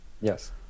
Yes